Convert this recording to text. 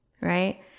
right